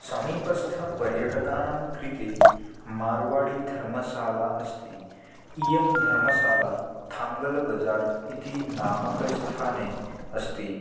समीपस्थपर्यटकानां कृते मार्वाडिधर्मशाला अस्ति इयं धर्मशाला थाङ्गल् बजार् इति नामकस्थाने अस्ति